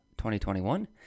2021